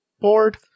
board